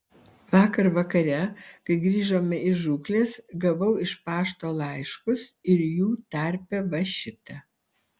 vakar vakare kai grįžome iš žūklės gavau iš pašto laiškus ir jų tarpe va šitą